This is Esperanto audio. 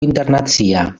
internacia